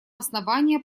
основания